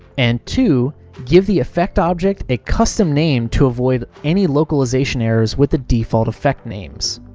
and two give the effect object a custom name to avoid any localization errors with the default effect names.